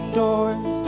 doors